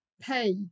pay